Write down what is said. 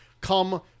come